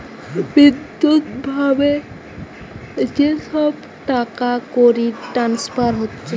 বৈদ্যুতিক ভাবে যে সব টাকাকড়ির ট্রান্সফার হচ্ছে